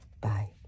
Bye